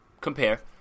compare